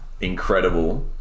incredible